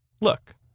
Look